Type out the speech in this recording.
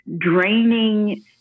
draining